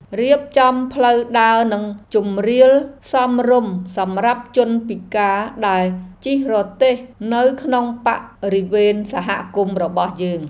រៀបចំផ្លូវដើរនិងជម្រាលសមរម្យសម្រាប់ជនពិការដែលជិះរទេះនៅក្នុងបរិវេណសហគមន៍របស់យើង។